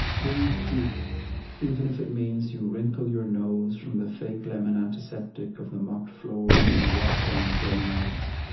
breathe deep even if it means you wrinkle your nose from the fake-lemon antiseptic of the mopped floors and wiped-down doorknobs.